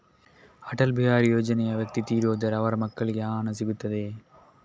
ಅಟಲ್ ಬಿಹಾರಿ ಯೋಜನೆಯ ವ್ಯಕ್ತಿ ತೀರಿ ಹೋದರೆ ಅವರ ಮಕ್ಕಳಿಗೆ ಆ ಹಣ ಸಿಗುತ್ತದೆಯೇ?